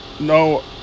no